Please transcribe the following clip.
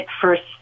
first